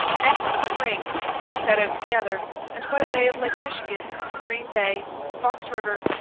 next spring they set out together, and by way of lake michigan, green bay, fox river,